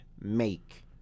make